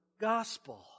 gospel